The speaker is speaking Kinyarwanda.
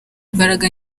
imbaraga